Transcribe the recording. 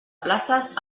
places